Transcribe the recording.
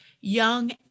young